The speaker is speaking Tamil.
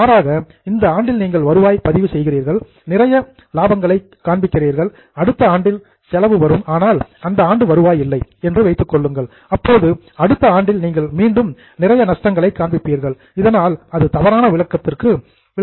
மாறாக இந்த ஆண்டில் நீங்கள் வருவாய் பதிவு செய்கிறீர்கள் நிறைய புரோஃபிட்ஸ் லாபங்களை காண்பிக்கிறீர்கள் அடுத்த ஆண்டில் செலவு வரும் ஆனால் அந்த ஆண்டு வருவாய் இல்லை என்று வைத்துக் கொள்ளுங்கள் அப்போது அடுத்த ஆண்டில் நீங்கள் மீண்டும் நிறைய நஷ்டங்களை காண்பிப்பீர்கள் இதனால் அது தவறான விளக்கத்திற்கு வழிவகுக்கிறது